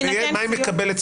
ואיזה סכומים היא מקבלת?